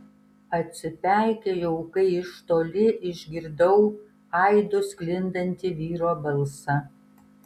atsipeikėjau kai iš toli išgirdau aidu sklindantį vyro balsą